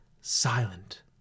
silent